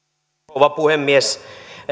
rouva puhemies